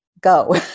go